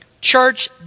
church